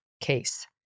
case